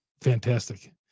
fantastic